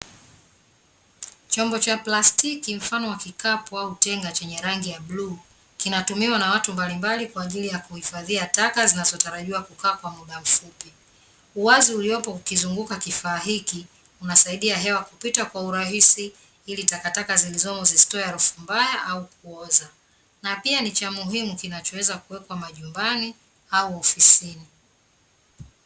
Chombo cha plastiki mfano wa kikapu au tenga chenye rangi ya bluu, kinatumiwa na watu mbalimbali kwa ajili ya kuhifadhia taka zinazotarajiwa kukaa kwa muda mfupi. Uwazi uliopo kukizunguka kifaa hiki unasaidia hewa kupita kwa urahisi ili takakata zilizomo zisitoe harufu mbaya au kuoza na pia ni cha muhimu kinachoweza kuwekwa majumbani au ofisini.